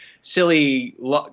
silly